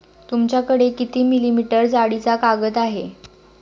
तुमच्याकडे किती मिलीमीटर जाडीचा कागद आहे?